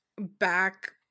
back